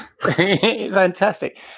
Fantastic